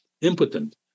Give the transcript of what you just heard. impotent